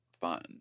fun